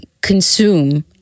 consume